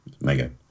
mega